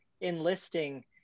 enlisting